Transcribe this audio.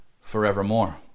forevermore